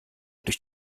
durch